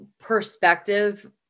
perspective